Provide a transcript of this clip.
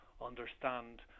understand